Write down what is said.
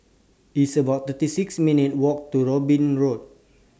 It's about thirty six minutes' Walk to Robin Road